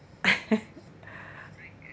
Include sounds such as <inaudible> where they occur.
<laughs>